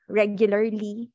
regularly